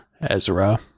Ezra